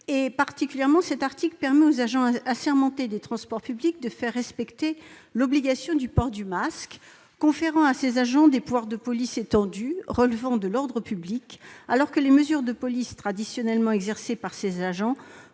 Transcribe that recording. parler. Il donne en particulier aux agents assermentés des transports publics la faculté de faire respecter l'obligation du port du masque, leur conférant des pouvoirs de police étendus relevant de l'ordre public, alors que les mesures de police traditionnellement exercées par ces agents